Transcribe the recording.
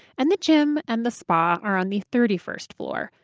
and the gym and the spa are on the thirty first floor,